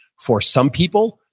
for some people,